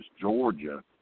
Georgia